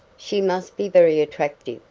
she must be very attractive.